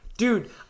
Dude